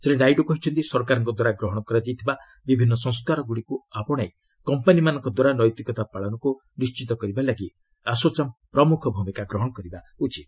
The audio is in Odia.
ଶ୍ରୀ ନାଇଡ଼ କହିଛନ୍ତି ସରକାରଙ୍କଦ୍ୱାରା ଗ୍ରହଣ କରାଯାଇଥିବା ବିଭିନ୍ନ ସଂସ୍କାରଗ୍ରଡ଼ିକ୍ ଆପଣେଇ କମ୍ପାନୀମାନଙ୍କଦ୍ୱାରା ନୈତିକତା ପାଳନକ୍ ନିଣ୍ଚିତ କରିବାପାଇଁ ଆସୋଚାମ୍ ପ୍ରମୁଖ ଭୂମିକା ଗ୍ରହଣ କରିବା ଉଚିତ